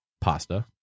pasta